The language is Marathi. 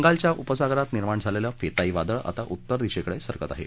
बंगालच्या उपसागरात निर्माण झालेलं फेताई वादळ आता उत्तर दिशेकडे सरकत आहे